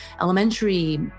elementary